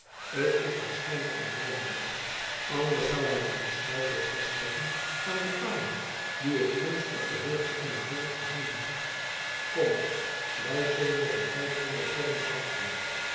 t is waarschijnlijk een vreemdeling anders zou hij zijn schuit wel vastleggen aan de palen die ik ginds op de hoogte van het dorp gezien heb kom wij zullen nog een vijfhonderd tellens wachten